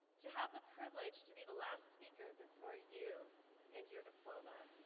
to have the privilege to be the last speaker before you and your diploma.